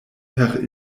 per